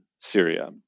Syria